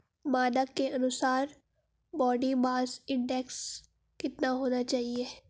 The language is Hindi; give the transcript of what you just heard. मानक के अनुसार बॉडी मास इंडेक्स कितना होना चाहिए?